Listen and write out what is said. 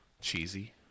Cheesy